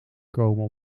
komen